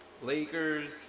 Lakers